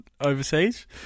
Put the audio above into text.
overseas